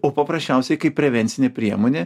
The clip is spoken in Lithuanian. o paprasčiausiai kaip prevencinė priemonė